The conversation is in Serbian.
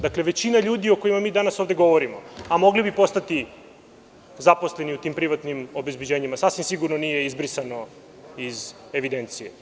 Dakle, većina ljudi o kojima mi danas ovde govorimo, a mogli bi postati zaposleni u tim privatnim obezbeđenjima, sasvim sigurno nije izbrisano iz evidencije.